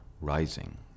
rising